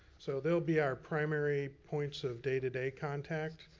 so they'll be our primary points of day-to-day contact.